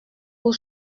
pour